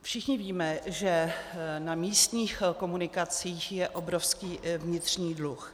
Všichni víme, že na místních komunikacích je obrovský vnitřní dluh.